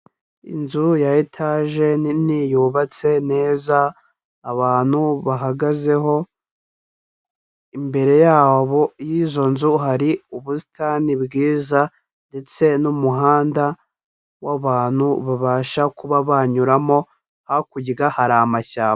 Inzu ya etaje nini yubatse neza, abantu bahagazeho, imbere yabo y'izo nzu hari ubusitani bwiza ndetse n'umuhanda w'abantu babasha kuba banyuramo, hakurya hari amashyamba.